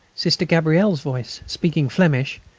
sister gabrielle's voice, speaking flemish,